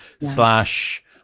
slash